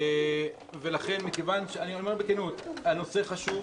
אני אומר בכנות, הנושא חשוב.